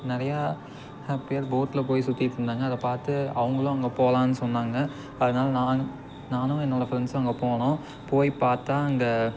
நிறையா ஹ பேர் போட்டில் போய் சுற்றிட்டு இருந்தாங்க அதை பார்த்து அவங்களும் அங்கே போகலான்னு சொன்னாங்க அதனால நானும் நானும் என்னோடய ஃப்ரெண்ட்ஸும் அங்கே போனோம் போய் பார்த்தா அங்கே